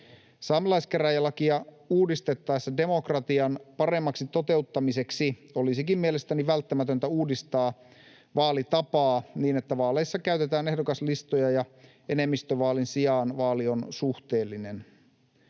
Saamelaiskäräjälakia uudistettaessa demokratian paremmaksi toteuttamiseksi olisikin mielestäni välttämätöntä uudistaa vaalitapaa niin, että vaaleissa käytetään ehdokaslistoja ja enemmistövaalin sijaan vaali on suhteellinen.